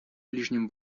ближнем